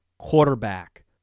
Quarterback